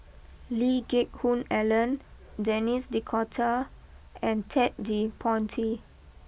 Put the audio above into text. Lee Geck Hoon Ellen Denis D Cotta and Ted De Ponti